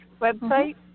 website